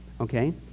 okay